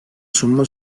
sunma